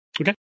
Okay